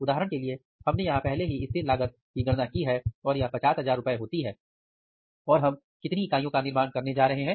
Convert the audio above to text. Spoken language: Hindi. उदाहरण के लिए हमने यहां पहले ही स्थिर लागत की गणना की है और वह ₹50000 होती है और हम कितनी इकाइयों का निर्माण करने जा रहे हैं